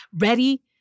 ready